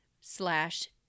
slash